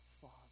Father